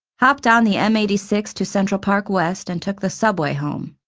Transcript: hopped on the m eight six to central park west, and took the subway home.